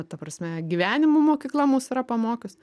ta prasme gyvenimo mokykla mus yra pamokius